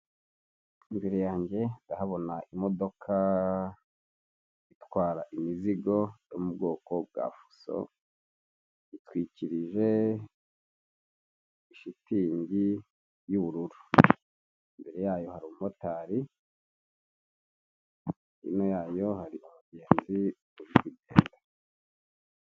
Imbere yanjye ndahabona imodoka itwara imizigo yo mu bwoko bwa fuso itwikirije shitingi yu'ubururu mbere yayo hamotari imwe yayo harigenzi bujude.